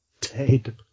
dead